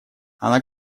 она